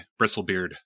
Bristlebeard